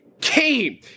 came